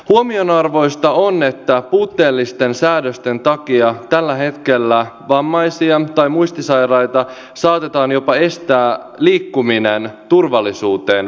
huomionarvoista on että puutteellisten säädösten takia tällä hetkellä vammaisilta tai muistisairailta saatetaan jopa estää liikkuminen turvallisuuteen vedoten